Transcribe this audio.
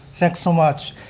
thanks so much.